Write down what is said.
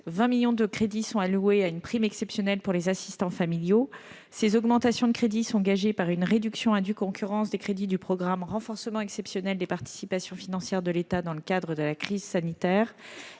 20 millions de crédits sont alloués à une prime exceptionnelle pour les assistants familiaux. Ces augmentations de crédits sont gagées par une réduction à due concurrence des crédits du programme « Renforcement exceptionnel des participations financières de l'État dans le cadre de la crise sanitaire